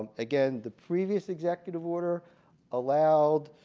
again, the previous executive order allowed,